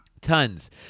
Tons